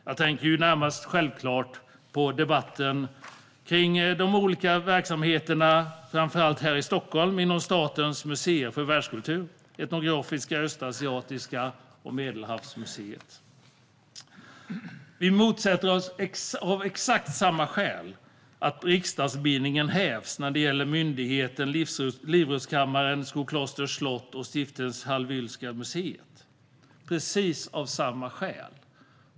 Jag tänker självfallet närmast på debatten kring de olika verksamheterna i framför allt Stockholm, inom Statens museer för världskultur: Etnografiska, Östasiatiska och Medelhavsmuseet. Vi motsätter oss av exakt samma skäl att riksdagsbindningen hävs när gäller myndigheten Livrustkammaren och Skoklosters slott med Stiftelsen Hallwylska museet.